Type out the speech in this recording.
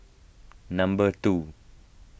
number two